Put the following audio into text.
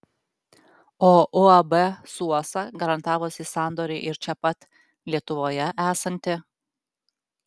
o uab suosa garantavusi sandorį ir čia pat lietuvoje esanti